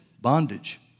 bondage